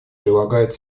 прилагают